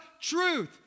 truth